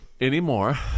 anymore